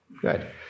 Good